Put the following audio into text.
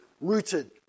rooted